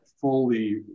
fully